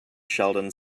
sheldon